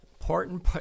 important